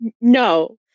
no